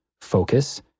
focus